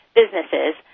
businesses